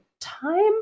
time